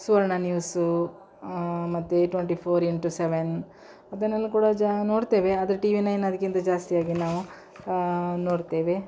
ಸುವರ್ಣ news ಮತ್ತು twenty four into seven ಅದನ್ನೆಲ್ಲ ಕೂಡ ಜಾ ನೋಡ್ತೇವೆ ಆದರೆ ಟಿವಿ ನೈನದಕ್ಕಿಂತ ಜಾಸ್ತಿಯಾಗಿ ನಾವು ನೋಡ್ತೇವೆ